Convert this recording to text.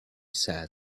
said